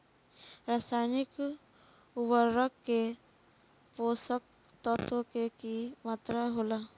रसायनिक उर्वरक में पोषक तत्व के की मात्रा होला?